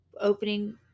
opening